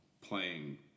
playing